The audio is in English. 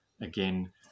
again